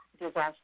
disaster